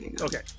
Okay